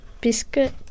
biscuit